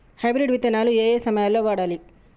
Hybrid విత్తనాలు ఏయే సమయాల్లో వాడాలి?